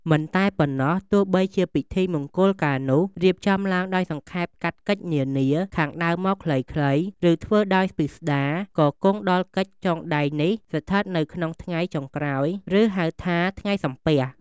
មិនតែប៉ុណ្ណោះ ទោះបីជាពិធីមង្គលការនោះរៀបចំឡើងដោយសង្ខេបកាត់កិច្ចនានាខាងដើមមកខ្លីៗ ឬធ្វើដោយពិស្តារ ក៏គង់ដល់កិច្ចចងដៃនេះស្ថិតនៅក្នុងថ្ងៃចុងក្រោយ ឬហៅថាថ្ងៃ “សំពះ”។